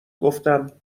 گفتم